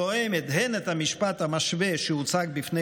תואמת הן את המשפט המשווה שהוצג בפני